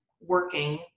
working